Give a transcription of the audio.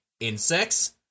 insects